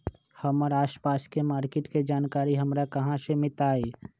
हमर आसपास के मार्किट के जानकारी हमरा कहाँ से मिताई?